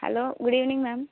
hello good evening ma'am